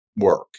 work